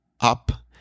up